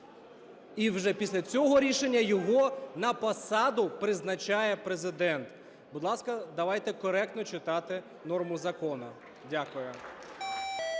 І вже після цього рішення його на посаду призначає Президент. Будь ласка, давайте коректно читати норму закону. Дякую.